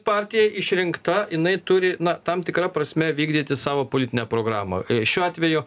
partija išrinkta jinai turi na tam tikra prasme vykdyti savo politinę programą šiuo atveju